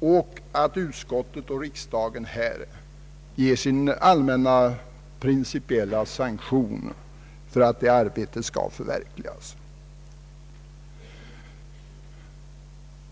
Jag konstaterar också med tillfredsställelse att utskottet ger sin principiella sanktion till att arbetet skall förverkligas.